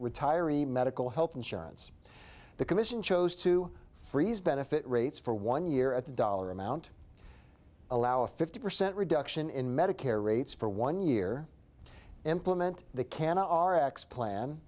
retiree medical health insurance the commission chose to freeze benefit rates for one year at the dollar amount allow a fifty percent reduction in medicare rates for one year implement the can are x plan